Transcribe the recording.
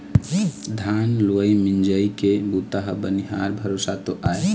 धान लुवई मिंजई के बूता ह बनिहार भरोसा तो आय